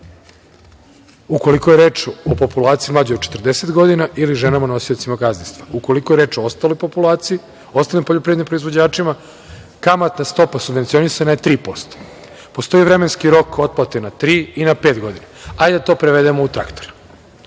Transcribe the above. ukoliko je reč o populaciji mlađoj od 40 godina ili ženama nosiocima gazdinstva. Ukoliko je reč o ostaloj populaciji, ostalim poljoprivrednim proizvođačima, kamatna stopa subvencionisana je 3%.Postoji vremenski rok otplate na tri i na pet godine. Hajde da to prevedemo u traktore.